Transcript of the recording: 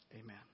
Amen